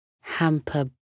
Hamper